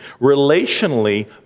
Relationally